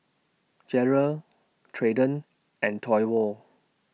Jarred Treyton and Toivo